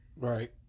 Right